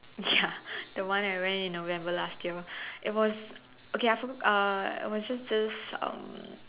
ya the one I went in November last year it was okay I forget uh it was just this um